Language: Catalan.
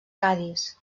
cadis